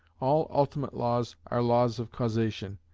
all ultimate laws are laws of causation,